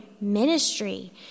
ministry